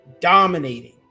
Dominating